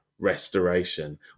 restoration